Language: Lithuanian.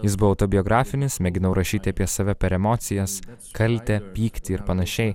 jis buvo autobiografinis mėginau rašyti apie save per emocijas kaltę pyktį ir panašiai